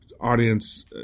audience